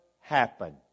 happen